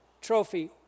trophy